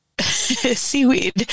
seaweed